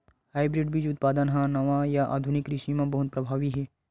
hybrid बीज उत्पादन हा नवा या आधुनिक कृषि मा बहुत प्रभावी हे